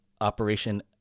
Operation